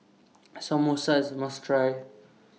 Samosa IS must Try